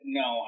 no